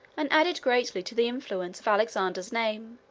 and added greatly to the influence of alexander's name,